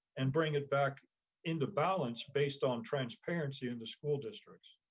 and bring it back into balance based on transparency in the school districts.